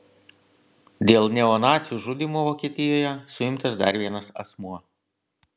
dėl neonacių žudymų vokietijoje suimtas dar vienas asmuo